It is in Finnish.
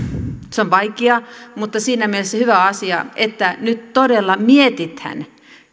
vaikea mutta siinä mielessä hyvä asia että nyt todella mietitään